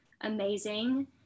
amazing